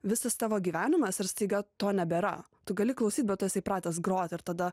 visas tavo gyvenimas ir staiga to nebėra tu gali klausyt bet tu esi įpratęs grot ir tada